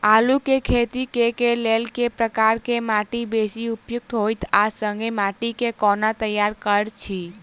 आलु केँ खेती केँ लेल केँ प्रकार केँ माटि बेसी उपयुक्त होइत आ संगे माटि केँ कोना तैयार करऽ छी?